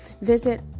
Visit